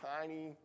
tiny